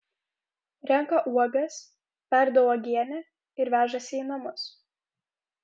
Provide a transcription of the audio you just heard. renka uogas verda uogienę ir vežasi į namus